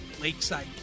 lakeside